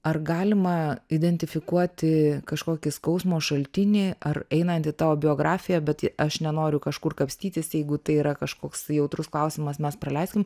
ar galima identifikuoti kažkokį skausmo šaltinį ar einant į tavo biografiją bet aš nenoriu kažkur kapstytis jeigu tai yra kažkoks jautrus klausimas mes praleiskim